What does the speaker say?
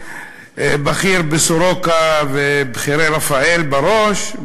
בכיר בסורוקה ובכירי רפא"ל בראש,